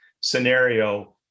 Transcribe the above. scenario